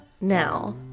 Now